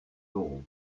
euros